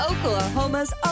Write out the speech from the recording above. Oklahoma's